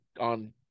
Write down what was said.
on